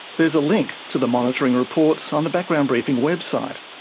there's a link to the monitoring reports on the background briefing website.